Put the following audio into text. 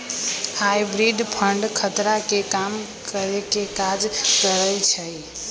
hybrid fund खतरा के कम करेके काज करइ छइ